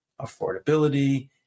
affordability